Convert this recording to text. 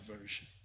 version